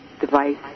device